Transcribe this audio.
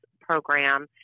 program